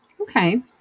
Okay